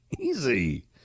easy